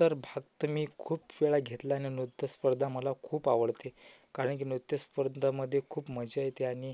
तर भाग तर मी खूप वेळा घेतला आहे नं नृत्यस्पर्धा मला खूप आवडते कारण की नृत्यस्पर्धामध्ये खूप मजा येते आणि